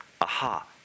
aha